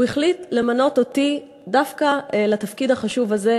הוא החליט למנות אותי דווקא לתפקיד החשוב הזה,